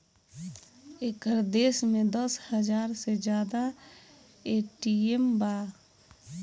एकर देश में दस हाजार से जादा ए.टी.एम बा